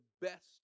best